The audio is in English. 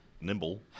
nimble